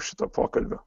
šito pokalbio